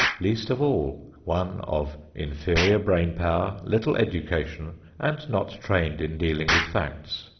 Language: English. least of all one of inferior brain power, little education and not trained in dealing with facts.